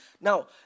Now